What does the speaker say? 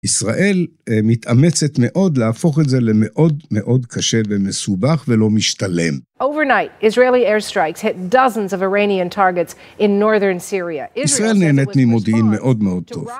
ישראל מתאמצת מאוד להפוך את זה למאוד מאוד קשה ומסובך ולא משתלם. ישראל נהנית ממודיעין מאוד מאוד טוב.